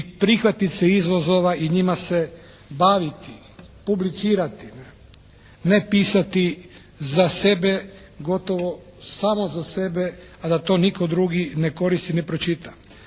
prihvatiti se izazova i njima se baviti, publicirati, ne pisati za sebe, gotovo samo za sebe, a da to nitko drugi ne koristi, ne pročita.